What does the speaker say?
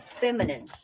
feminine